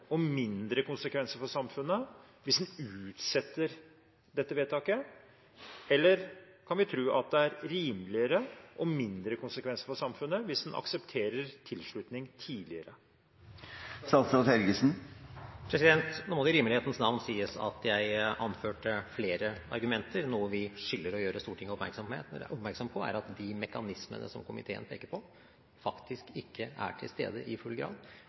bli mindre kostnader og mindre konsekvenser for samfunnet hvis en utsetter dette vedtaket, eller kan vi tro at det blir rimeligere og mindre konsekvenser for samfunnet hvis en aksepterer tilslutning tidligere? Nå må det i rimelighetens navn sies at jeg anførte flere argumenter. Noe vi skylder å gjøre Stortinget oppmerksom på, er at de mekanismene som komiteen peker på, faktisk ikke er til stede i full grad.